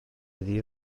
iddi